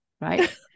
right